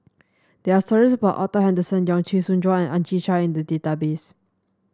there are stories about Arthur Henderson Young Chee Soon Juan Ang Chwee Chai in the database